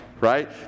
right